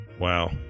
wow